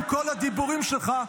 עם כל הדיבורים שלך,